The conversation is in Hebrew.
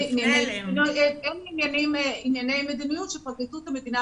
אלה ענייני מדיניות שפרקליטות המדינה